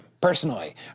personally